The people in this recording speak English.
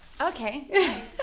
Okay